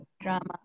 drama